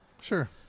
Sure